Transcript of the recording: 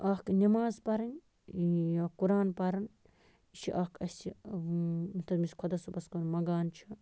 اَکھ نٮ۪ماز پرٕنۍ یا قران پَرُن یہِ چھِ اَکھ اَسہِ تٔمِس خۄداصٲبَس کُن منٛگان چھِ